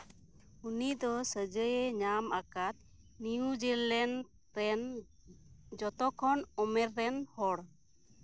ᱩᱱᱤ ᱫᱚ ᱥᱟᱹᱡᱟᱹᱭᱮ ᱧᱟᱢ ᱟᱠᱟᱫ ᱱᱤᱭᱩᱡᱤᱞᱮᱸᱰ ᱨᱮᱱ ᱡᱚᱛᱚ ᱠᱷᱚᱱ ᱩᱢᱮᱨ ᱨᱮᱱ ᱦᱚᱲ